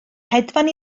hedfan